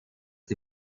die